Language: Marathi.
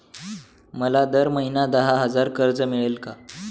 मला दर महिना दहा हजार कर्ज मिळेल का?